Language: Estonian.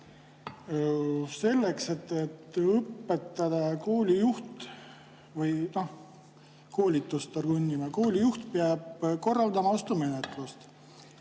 selleks, et õpetada või koolitust orgunnida, koolijuht peab korraldama ostumenetlust.